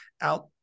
out